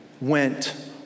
went